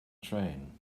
train